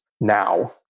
now